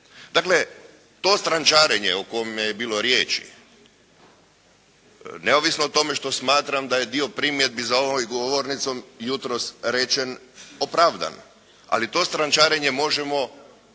Dakle to strančarenje o kome je bilo riječi neovisno o tome što je bilo riječi da je dio primjedbi za ovom govornicom jutros rečen opravdan. Ali to strančarenje možemo